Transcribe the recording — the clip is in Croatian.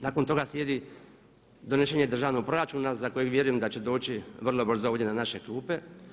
Nakon toga slijedi donošenje državnog proračuna za kojeg vjerujem da će doći vrlo brzo ovdje na naše klupe.